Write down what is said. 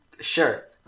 Sure